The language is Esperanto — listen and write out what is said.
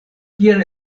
kial